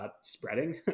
spreading